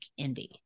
indie